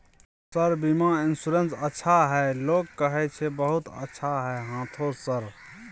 Sir बीमा insurance अच्छा है लोग कहै छै बहुत अच्छा है हाँथो सर?